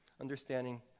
understanding